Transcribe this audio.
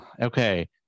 okay